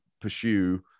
pursue